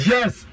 Yes